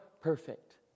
perfect